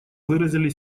выразили